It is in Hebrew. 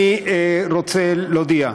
אני רוצה להודיע,